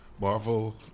Marvel